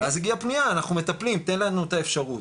ואז הגיעה פנייה אנחנו מטפלים תן לנו את האפשרות,